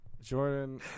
Jordan